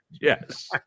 Yes